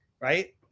right